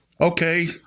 Okay